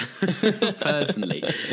personally